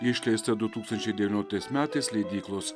išleista du tūkstančiai devynioliktais metais leidyklos